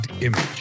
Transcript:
image